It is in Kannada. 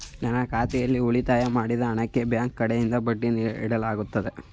ನನ್ನ ಖಾತೆಯಲ್ಲಿ ಉಳಿತಾಯ ಮಾಡಿದ ಹಣಕ್ಕೆ ಬ್ಯಾಂಕ್ ಕಡೆಯಿಂದ ಬಡ್ಡಿ ನೀಡಲಾಗುತ್ತದೆಯೇ?